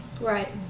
Right